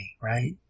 right